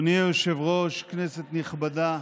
אדוני היושב-ראש, כנסת נכבדה.